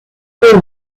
tres